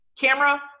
camera